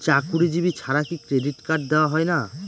চাকুরীজীবি ছাড়া কি ক্রেডিট কার্ড দেওয়া হয় না?